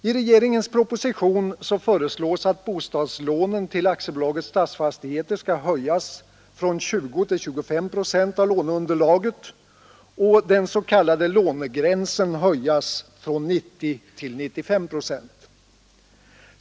I regeringens proposition föreslås att bostadslånen till AB Stadsfastigheter skall höjas från 20 till 25 procent av låneunderlaget och den s.k. lånegränsen höjas från 90 till 95 procent.